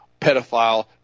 pedophile